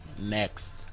Next